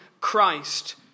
Christ